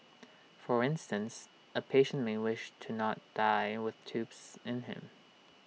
for instance A patient may wish to not die with tubes in him